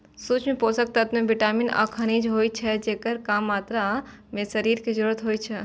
सूक्ष्म पोषक तत्व मे विटामिन आ खनिज होइ छै, जेकर कम मात्रा मे शरीर कें जरूरत होइ छै